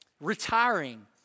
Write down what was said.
retiring